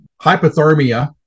hypothermia